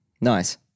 Nice